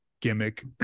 gimmick